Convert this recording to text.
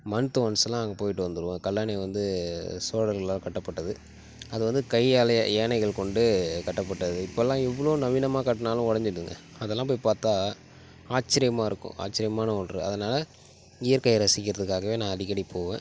month ஒன்ஸ்லாம் அங்கே போயிட்டு வந்துருவேன் கல்லணை வந்து சோழர்களால் கட்டப்பட்டது அது வந்து கையாலேயே யானைகள் கொண்டு கட்டப்பட்டது இப்பெல்லாம் இவ்வளோ நவீனமாக கட்டினாலும் உடஞ்சிடுது அதெல்லாம் போய் பார்த்தா ஆச்சரியமாக இருக்கும் ஆச்சரியமான ஒன்று அதனால் இயற்கையை ரசிக்கிறதுக்காகவே நான் அடிக்கடி போவேன்